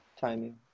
Timing